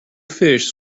fish